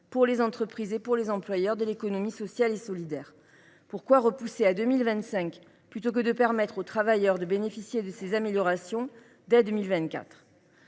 pour les entreprises et pour les employeurs de l’économie sociale et solidaire. Pourquoi reporter ce dispositif à 2025 plutôt que de permettre aux travailleurs de bénéficier de ces améliorations dès 2024 ?